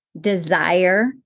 desire